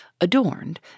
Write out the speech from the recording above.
adorned